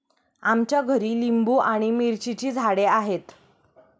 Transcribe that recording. आमच्या घरी लिंबू आणि मिरचीची झाडे आहेत